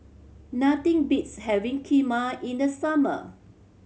nothing beats having Kheema in the summer